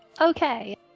Okay